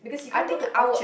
I think I would